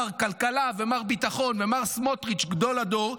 מר כלכלה ומר ביטחון ומר סמוטריץ' גדול הדור,